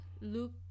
look